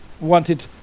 wanted